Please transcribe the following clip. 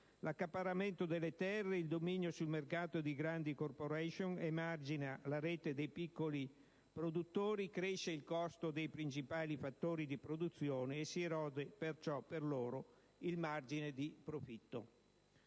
l'accaparramento delle terre e il dominio sul mercato di grandi società emargina la rete dei piccoli produttori; cresce il costo dei principali fattori di produzione e si erode per loro il margine di profitto.